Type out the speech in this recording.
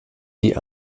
die